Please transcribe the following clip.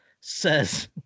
says